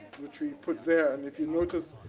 which we put there. and if you notice,